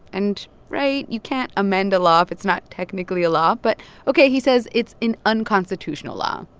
and right? you can't amend a law if it's not technically a law, but ok. he says it's an unconstitutional law.